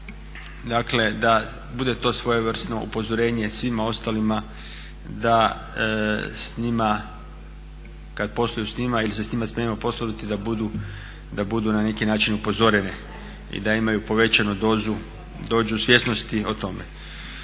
da bude to svojevrsno upozorenje svima ostalima da s njima kad posluju s njima ili se s njima spremaju poslovati da budu na neki način upozoreni i da imaju povećanu dozu svjesnosti o tome.